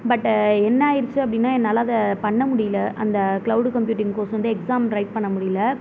பட்டு என்னாயிடுச்சு அப்படினா என்னால் அதை பண்ண முடியலை அந்த க்ளவுடு கம்ப்யூட்டிங் கோர்ஸ் வந்து எக்ஸாம் ரைட் பண்ண முடியல